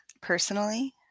personally